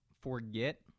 forget